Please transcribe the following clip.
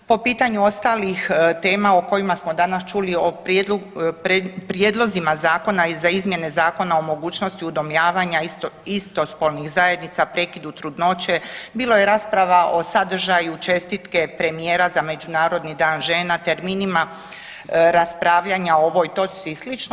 Po pitanju ostalih tema o kojima smo danas čuli o prijedlozima zakona za izmjene zakona o mogućnosti udomljavanja istospolnih zajednica, prekidu trudnoće, bilo je rasprava o sadržaju, čestitke premijera za Međunarodni dan žena, terminima raspravljanja o ovoj točci i slično.